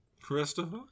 Christopher